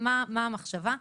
מה המחשבה?